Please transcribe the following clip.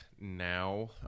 now